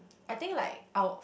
I think like our